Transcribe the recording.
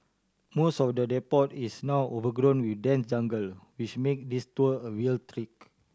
most of the depot is now overgrown with dense jungle which make this tour a real trek